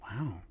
wow